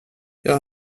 jag